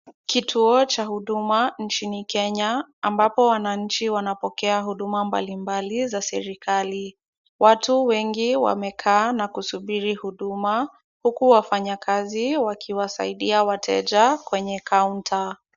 Kituo cha huduma nchini Kenya, ambapo wananchi wanapokea huduma mbalimbali za serikali. Watu wengi wamekaa na kusubiri huduma, huku wafanyakazi wakiwasaidia wateja kwenye kaunta.